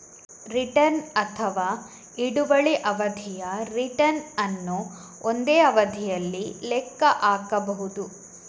return ಅಥವಾ ಹಿಡುವಳಿ ಅವಧಿಯ ರಿಟರ್ನ್ ಅನ್ನು ಒಂದೇ ಅವಧಿಯಲ್ಲಿ ಲೆಕ್ಕ ಹಾಕಬಹುದು